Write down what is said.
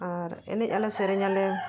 ᱟᱨ ᱮᱱᱮᱡ ᱟᱞᱮ ᱥᱮᱨᱮᱧᱟᱞᱮ